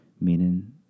meaning